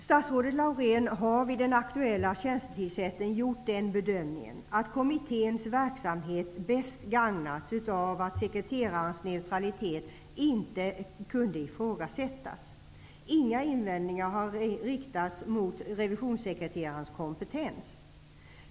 Statsrådet Laurén har vid den aktuella tjänstetillsättningen gjort den bedömningen att kommitténs verksamhet bäst gagnats av att sekreterarens neutralitet inte kan ifrågasättas. Inga invändningar har rests mot revisionssekreterarens kompetens.